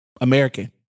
American